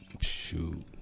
shoot